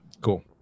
Cool